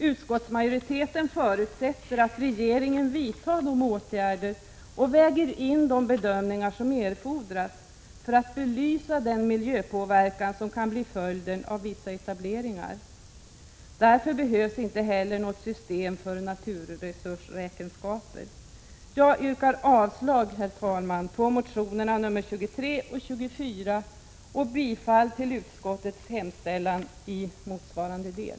Utskottsmajoriteten förutsätter att regeringen vidtar de åtgärder och väger in de bedömningar som erfordras för att belysa den miljöpåverkan som kan bli följden av vissa etableringar. Därför behövs inte heller något nytt system för naturresursräkenskaper. Jag yrkar avslag, herr talman, på reservationerna 23 och 24 och bifall till utskottets hemställan i motsvarande del.